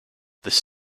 this